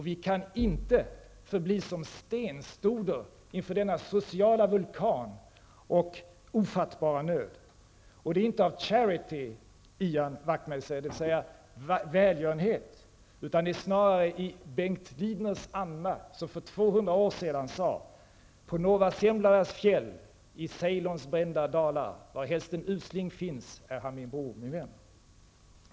Vi kan inte förbli som stenstoder inför denna sociala vulkan och ofattbara nöd. Det är inte ''charity'', Ian Wachtmeister, dvs. välgörenhet, utan snarare i Bengt Lidners anda, som för 200 år sedan sade: ''På Novaja Semljas fjäll, i Ceylons brända dalar, varhelst en usling finns, är han min bror, min vän.''